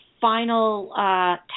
final